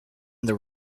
there